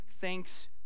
thanks